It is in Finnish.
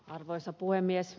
arvoisa puhemies